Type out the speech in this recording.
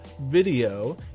video